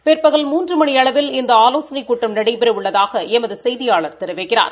பிற்பகல் மூன்று மணி அளவில் இந்த ஆலோசனைக் கூட்டம் நடைபெறவுள்ளதாக எமது செய்தியாளா தெரிவிக்கிறார்